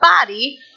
body